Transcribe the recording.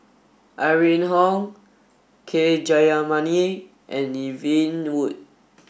Irene Khong K Jayamani and Yvonne Ng Uhde